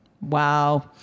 wow